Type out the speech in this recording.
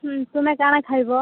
ହୁଁ ତୁମେ କା'ଣା ଖାଏବ